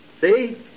See